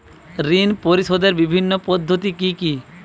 ঋণ পরিশোধের বিভিন্ন পদ্ধতি কি কি?